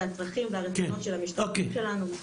הצרכים והרצונות של המשתתפים שלנו.